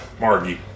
Margie